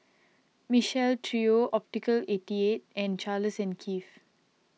Michael Trio Optical eighty eight and Charles and Keith